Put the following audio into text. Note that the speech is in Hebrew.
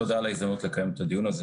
תודה על ההזדמנות לקיים את הדיון הזה,